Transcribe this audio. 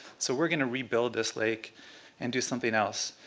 so we're going to rebuild this lake and do something else.